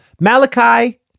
Malachi